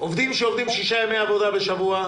עובדים שעובדים שישה ימי עבודה בשבוע,